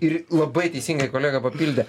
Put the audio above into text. ir labai teisingai kolega papildė